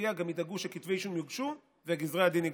התביעה גם ידאגו שכתבי אישום יוגשו וגזרי הדין ייגזרו.